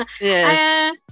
yes